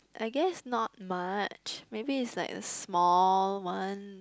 I guess not much maybe is like a small one